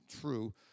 true